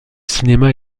cinéma